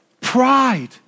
Pride